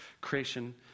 creation